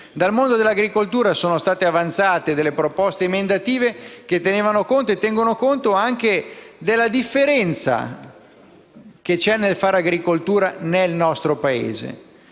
Dal mondo dell'agricoltura sono state avanzate delle proposte emendative che tengono conto della differenza che c'è nel fare agricoltura nel nostro Paese.